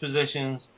positions